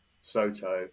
Soto